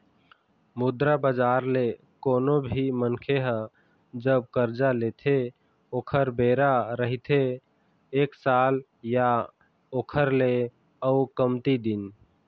मुद्रा बजार ले कोनो भी मनखे ह जब करजा लेथे ओखर बेरा रहिथे एक साल या ओखर ले अउ कमती दिन